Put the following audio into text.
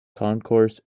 concourse